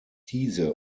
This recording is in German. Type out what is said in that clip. diese